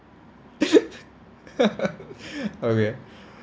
okay